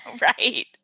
Right